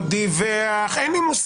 שהתרשל, לא דיווח אין לי מושג.